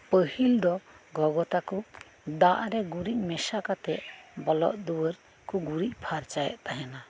ᱯᱟᱹᱦᱤᱞ ᱫᱚ ᱜᱚᱜᱚ ᱛᱟᱠᱚ ᱫᱟᱜ ᱨᱮ ᱜᱩᱨᱤᱡ ᱢᱮᱥᱟ ᱠᱟᱛᱮᱫ ᱵᱚᱞᱚᱜ ᱫᱩᱣᱟᱹᱨ ᱠᱚ ᱜᱩᱨᱤᱡ ᱯᱷᱟᱨᱪᱟᱭᱮᱫ ᱛᱟᱦᱮᱸᱫᱼᱟ